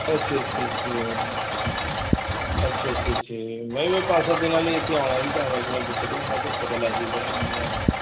ਅੱਛਾ ਅੱਛਾ ਅੱਛਾ ਜੀ ਅੱਛਾ ਅੱਛਾ ਅੱਛਾ ਜੀ ਮੈਂ ਵੀ ਪੰਜ ਸੱਤ ਦਿਨਾਂ ਲਈ ਇੱਥੇ ਆਉਣਾ ਸੀ ਤਾਂ ਕਰਕੇ ਮੈਂ ਪੁੱਛ ਰਿਹਾ ਸੀ ਮੈਂ ਹਾਂ ਚੱਲ ਪਤਾ ਲੱਗ ਜਾਵੇ